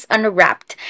Unwrapped